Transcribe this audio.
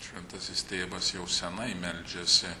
šventasis tėvas jau senai meldžiasi